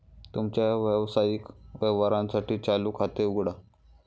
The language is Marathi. तुमच्या व्यावसायिक व्यवहारांसाठी चालू खाते उघडा